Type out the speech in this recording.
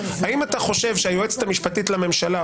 האם אתה חושב שהיועצת המשפטית לממשלה,